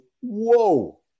whoa